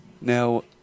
Now